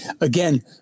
again